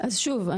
שוב,